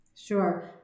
Sure